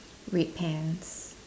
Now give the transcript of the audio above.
red pants